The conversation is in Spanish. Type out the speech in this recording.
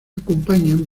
acompañan